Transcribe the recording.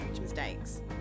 mistakes